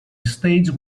stage